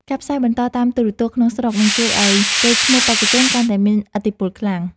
ការផ្សាយបន្តតាមទូរទស្សន៍ក្នុងស្រុកនឹងជួយឱ្យកេរ្តិ៍ឈ្មោះបេក្ខជនកាន់តែមានឥទ្ធិពលខ្លាំង។